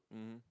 mmhmm